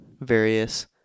various